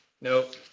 Nope